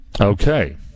Okay